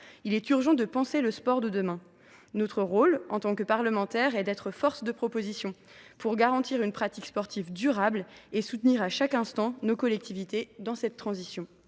Il est urgent de penser le sport de demain. Notre rôle, en tant que parlementaires, est d’être force de proposition pour garantir une pratique sportive durable et soutenir à chaque instant nos collectivités dans cette transition.